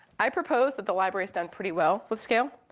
i propose that the library's done pretty well with scale,